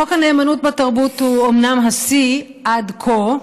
חוק הנאמנות בתרבות הוא אומנם השיא עד כה,